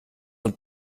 und